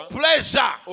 pleasure